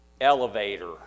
elevator